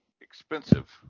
expensive